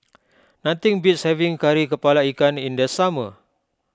nothing beats having Kari Kepala Ikan in the summer